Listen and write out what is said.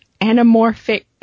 anamorphic